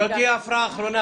זו תהיה ההפרעה האחרונה.